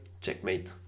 checkmate